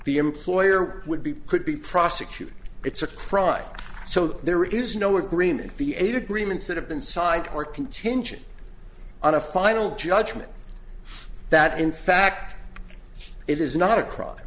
the employer would be could be prosecuted it's a crime so there is no agreement the eight agreements that have been side or contingent on a final judgment that in fact it is not a crime